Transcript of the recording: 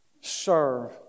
Serve